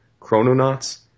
chrononauts